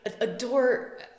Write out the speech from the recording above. adore